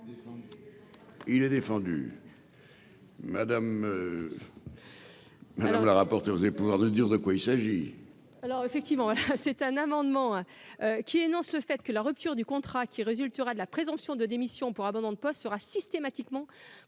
Il est défendu madame madame la rapporteure faisait pouvoir de dire de quoi il s'agit. Alors effectivement c'est un amendement qui énonce le fait que la rupture du contrat qui résultera de la présomption de démission pour abandon de poste sera systématiquement